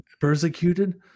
persecuted